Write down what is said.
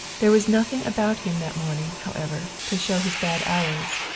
there was nothing about him that morning, however to show his bad hours.